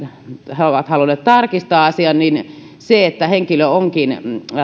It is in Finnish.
he ovat halunneet tarkistaa asian se että henkilö onkin